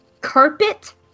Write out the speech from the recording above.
Carpet